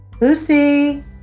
Lucy